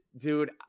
Dude